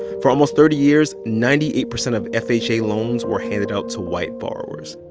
for almost thirty years, ninety eight percent of fha loans were handed out to white borrowers.